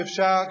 שאפשר,